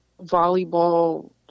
volleyball